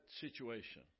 situation